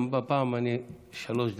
גם הפעם, שלוש דקות.